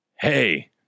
hey